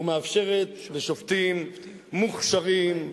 ומאפשרת לשופטים מוכשרים,